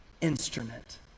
instrument